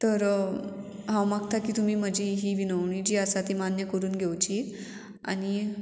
तर हांव मागता की तुमी म्हजी ही विनवणी जी आसा ती मान्य करून घेवची आनी